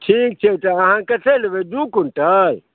ठीक छै तऽ अहाँ कतेक लेबै दू क्विंटल